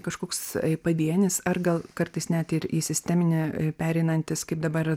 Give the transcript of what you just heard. kažkoks pavienis ar gal kartais net ir į sisteminį pereinantis kaip dabar